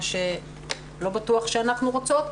מה שלא בטוח שאנחנו רוצות,